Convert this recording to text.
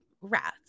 rats